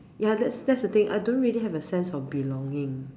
ya that's that's the thing I don't really have a sense of belonging mm